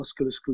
musculoskeletal